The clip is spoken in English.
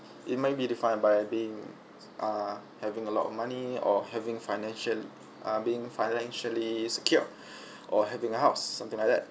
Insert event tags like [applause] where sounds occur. it might be defined by being ah having a lot of money or having financial ah being financially secured [breath] or having a house something like that